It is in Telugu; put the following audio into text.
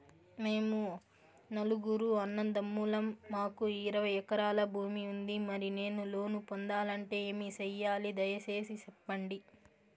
మేము నలుగురు అన్నదమ్ములం మాకు ఇరవై ఎకరాల భూమి ఉంది, మరి నేను లోను పొందాలంటే ఏమి సెయ్యాలి? దయసేసి సెప్పండి?